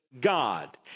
God